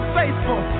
faithful